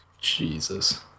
Jesus